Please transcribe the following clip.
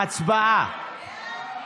הצבעה.